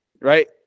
right